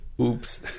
Oops